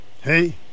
Hey